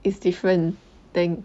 is different thing